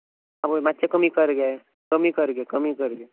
आवोय मातशे कमी कर गे कमी कर गे कमी कर